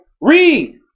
Read